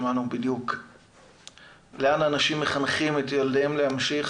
שמענו בדיוק לאן אנשים מחנכים את ילדיהם להמשיך,